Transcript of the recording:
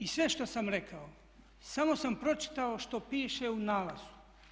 I sve što sam rekao samo sam pročitao što piše u nalazu.